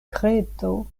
kreto